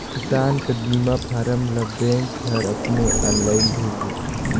किसान कर बीमा फारम ल बेंक हर अपने आनलाईन भइर देथे